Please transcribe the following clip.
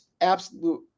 absolute